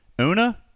Una